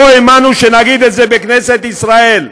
לא האמנו שנגיד את זה בכנסת ישראל,